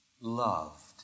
loved